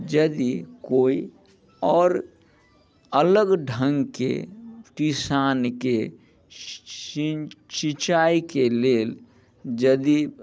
यदि कोइ आओर अलग ढङ्गके किसानके सिन्सी सिंचाइके लेल यदि